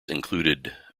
included